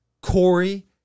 Corey